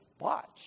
watch